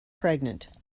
pregnant